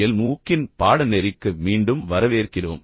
L மூக்கின் பாடநெறிக்கு மீண்டும் வரவேற்கிறோம்